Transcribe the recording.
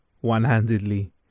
one-handedly